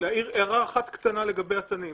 להעיר הערה אחת קטנה לגבי התנים: